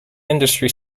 industry